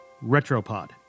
retropod